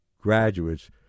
graduates